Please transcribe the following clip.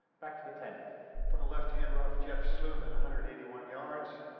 back to the tenth for the left hand. rough jeff sluman a hundred eighty-one yards